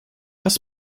was